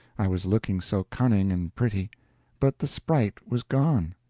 i was looking so cunning and pretty but the sprite was gone.